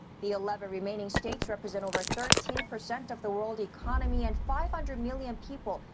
the eleven remaining states represent over thirteen percent of the world economy and five hundred million people,